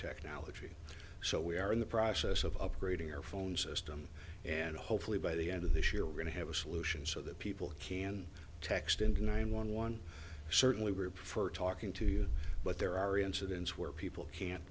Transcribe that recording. technology so we are in the process of upgrading our phone system and hopefully by the end of this year we're going to have a solution so that people can text into nine one one certainly were for talking to you but there are incidents where people can't